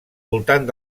voltant